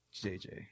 JJ